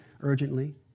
urgently